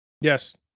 Yes